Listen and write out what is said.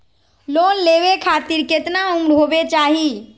Loan लेवे खातिर केतना उम्र होवे चाही?